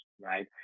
right